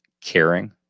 caring